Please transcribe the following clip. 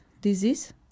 disease